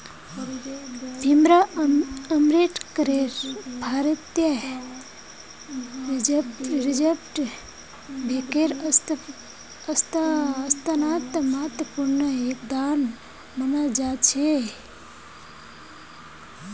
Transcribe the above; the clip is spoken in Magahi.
भीमराव अम्बेडकरेर भारतीय रिजर्ब बैंकेर स्थापनात महत्वपूर्ण योगदान माना जा छे